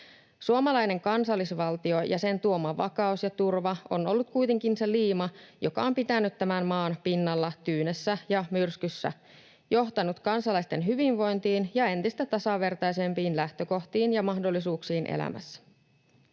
Suomalainen kansallisvaltio ja sen tuoma vakaus ja turva on ollut kuitenkin se liima, joka on pitänyt tämän maan pinnalla tyynessä ja myrskyssä, johtanut kansalaisten hyvinvointiin ja entistä tasavertaisempiin lähtökohtiin ja mahdollisuuksiin elämässä.